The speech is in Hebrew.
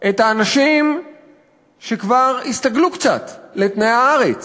את האנשים שכבר הסתגלו קצת לתנאי הארץ,